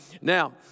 Now